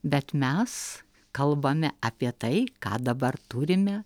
bet mes kalbame apie tai ką dabar turime